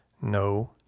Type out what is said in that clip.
no